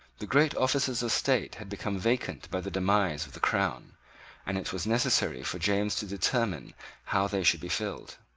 the great offices of state had become vacant by the demise of the crown and it was necessary for james to determine how they should be filled.